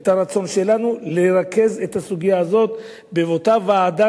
את הרצון שלנו לרכז את הסוגיה הזאת באותה ועדה